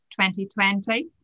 2020